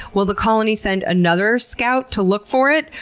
will the colony send another scout to look for it,